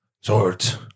Swords